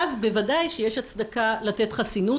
ואז בוודאי שיש הצדקה לתת חסינות.